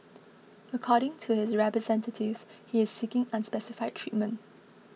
according to his representatives he is seeking unspecified treatment